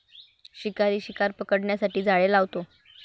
शिकारी शिकार पकडण्यासाठी जाळे लावतो